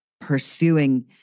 pursuing